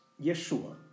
Yeshua